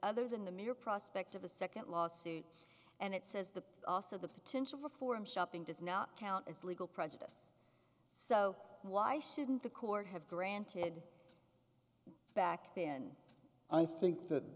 other than the mere prospect of a second lawsuit and it says the also the potential for forum shopping does not count as legal prejudice so why shouldn't the court have granted back then i think that